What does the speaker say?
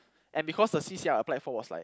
and because the C_C_A I applied for was like